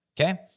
Okay